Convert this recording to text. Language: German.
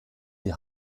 die